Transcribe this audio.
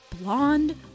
blonde